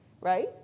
right